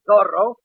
Zorro